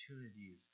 opportunities